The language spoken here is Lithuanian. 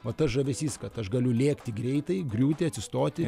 va tas žavesys kad aš galiu lėkti greitai griūti atsistoti